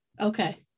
Okay